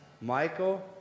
Michael